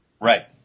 Right